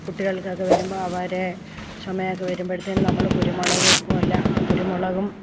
കുട്ടികൾക്കൊക്കെ വരുമ്പോൾ അവരെ ചുമയൊക്കെ വരുമ്പോഴ്ത്തേനും നമ്മൾ കുരുമുളകും ഉപ്പും എല്ലാ കുരുമുളകും